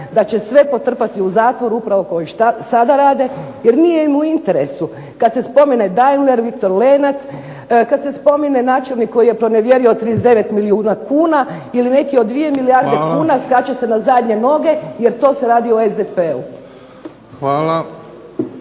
da će potrpati u zatvor upravo kao što i sada rade, jer nije im u interesu kada se spomene Daimler, Viktor Lenac, kada se spomene načelnik koji je pronevjerio 39 milijuna kuna ili neki od 2 milijarde kuna skače se na zadnje noge, jer to se radi u SDP-u.